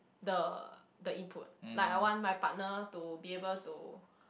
the the input like I want my partner to be able to